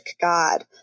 God